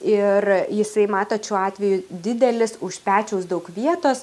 ir jisai matot šiuo atveju didelis už pečiaus daug vietos